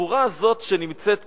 החבורה הזאת שנמצאת פה,